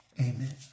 Amen